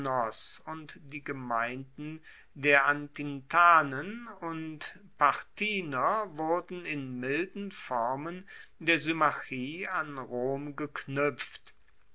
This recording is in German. und die gemeinden der atintanen und parthiner wurden in milden formen der symmachie an rom geknuepft